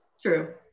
true